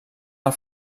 del